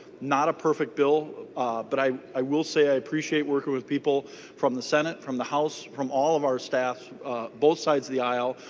not a perfect bill but i i will say i appreciate working with people from the senate from the house from all of our staff both sides of the aisle.